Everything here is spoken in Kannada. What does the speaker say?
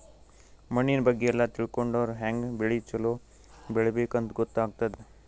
ಮಣ್ಣಿನ್ ಬಗ್ಗೆ ಎಲ್ಲ ತಿಳ್ಕೊಂಡರ್ ಹ್ಯಾಂಗ್ ಬೆಳಿ ಛಲೋ ಬೆಳಿಬೇಕ್ ಅಂತ್ ಗೊತ್ತಾಗ್ತದ್